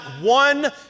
one